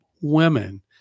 women